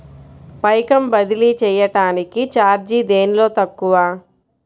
పైకం బదిలీ చెయ్యటానికి చార్జీ దేనిలో తక్కువ?